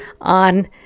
on